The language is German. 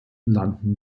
landen